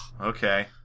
Okay